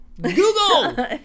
Google